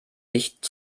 nicht